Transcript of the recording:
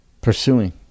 pursuing